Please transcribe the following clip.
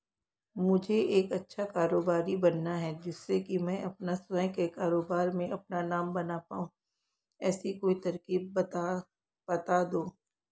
मुझे एक अच्छा कारोबारी बनना है जिससे कि मैं अपना स्वयं के कारोबार में अपना नाम बना पाऊं ऐसी कोई तरकीब पता दो?